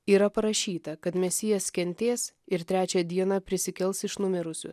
yra parašyta kad mesijas kentės ir trečią dieną prisikels iš numirusių